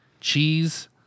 cheese